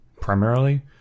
primarily